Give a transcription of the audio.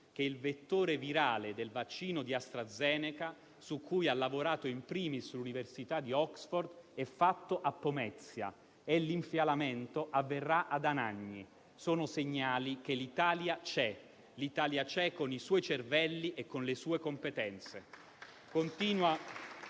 che il vettore virale del vaccino di AstraZeneca, su cui ha lavorato *in primis* l'università di Oxford, è fatto a Pomezia e che l'infialamento avverrà ad Anagni: sono segnali che l'Italia c'è. L'Italia c'è, con i suoi cervelli e con le sue competenze.